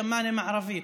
כמאנה המערבית.